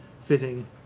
fitting